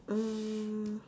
mm